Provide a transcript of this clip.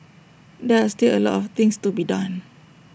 there are still A lot of things to be done